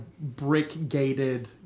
brick-gated